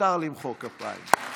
מותר למחוא כפיים.